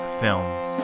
films